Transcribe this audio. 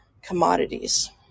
commodities